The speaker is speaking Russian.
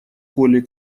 коли